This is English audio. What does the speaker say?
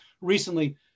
recently